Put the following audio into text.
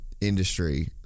industry